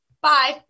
bye